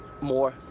more